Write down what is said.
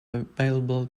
available